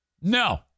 No